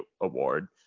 award